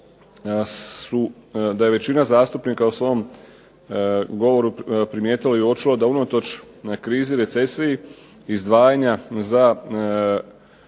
da je većina zastupnika u svom govoru primijetila i uočila da unatoč krizi, recesiji izdvajanja za